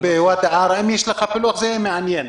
אם יש לך פילוח זה מעניין.